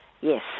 Yes